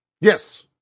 yes